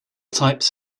types